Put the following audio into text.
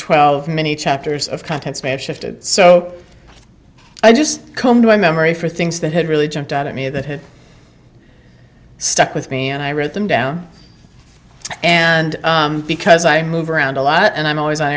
twelve many chapters of contents may have shifted so i just come to a memory for things that had really jumped out at me that had stuck with me and i wrote them down and because i move around a lot and i'm always on